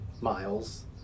miles